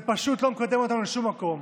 זה פשוט לא מקדם אותנו לשום מקום,